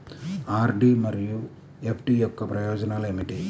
RD మరియు FD యొక్క ప్రయోజనాలు ఏమిటి?